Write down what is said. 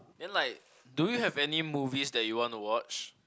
then like do you have any movie that you want to watch